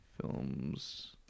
films